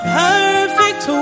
perfect